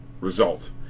result